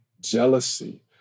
jealousy